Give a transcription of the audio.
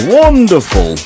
wonderful